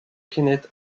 kenneth